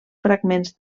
fragments